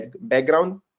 background